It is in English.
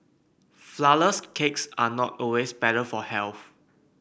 flourless cakes are not always better for health